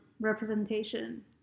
representation